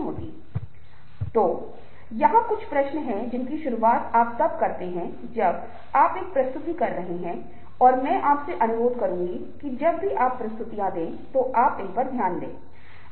हम भावनाओं को भी संवाद करने में सक्षम होंगे और आप जिन भावनाओं को बहुत बार नियंत्रित और संशोधित करते हैं या यहां तक कि हमारे संज्ञानात्मक निर्णय लेने में हेरफेर भी करते हैं